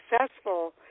successful